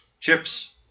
Chips